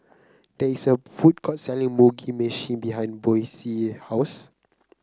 there is a food court selling Mugi Meshi behind Boysie's house